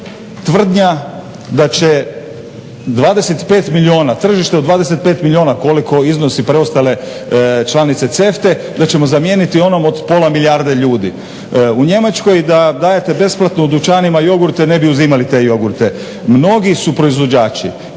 tvrdnja da će 25 milijuna, tržište od 25 milijuna koliko iznosi preostale članice CEFTA-e da ćemo zamijeniti onom od pola milijarde ljudi. U Njemačkoj da dajete besplatno u dućanima jogurte ne bi uzimali te jogurte. Mnogi su proizvođači